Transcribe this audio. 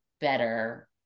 better